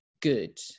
good